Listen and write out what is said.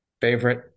favorite